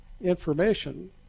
information